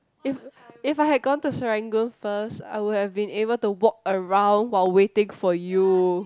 if if I have gone to Serangoon first I would have been able to walk around while waiting for you